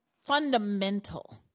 fundamental